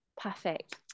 Perfect